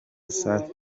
safi